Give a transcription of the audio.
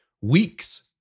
weeks